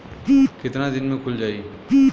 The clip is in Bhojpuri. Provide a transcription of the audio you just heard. कितना दिन में खुल जाई?